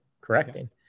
correcting